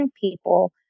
people